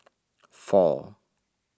four